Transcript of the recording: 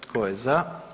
Tko je za?